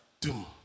Doom